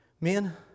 Men